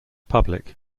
public